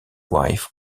wife